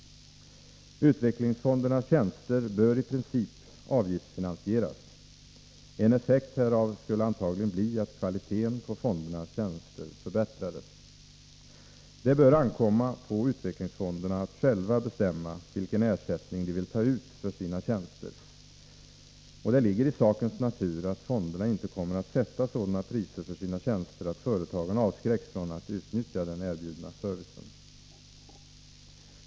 Utvecklingsfondernas tjänster bör i princip avgiftsfinansieras. En effekt härav skulle antagligen bli att kvaliteten på fondernas tjänster förbättrades. Det bör ankomma på utvecklingsfonderna att själva bestämma vilken ersättning de vill ta ut för sina tjänster. Det ligger i sakens natur att fonderna inte kommer att sätta sådana priser för sina tjänster att företagen avskräcks från att utnyttja den erbjudna servicen.